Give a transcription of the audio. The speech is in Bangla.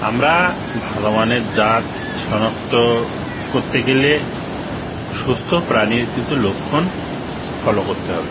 আমরা ভালো মানের জাত শনাক্ত করতে গেলে সুস্থ প্রাণীর কিছু লক্ষণ ফলো করতে হবে